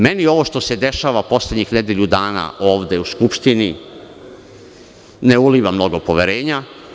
Meni ovo što se dešava poslednjih nedelju dana ovde u Skupštini ne uliva mnogo poverenja.